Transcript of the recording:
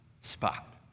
spot